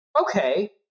Okay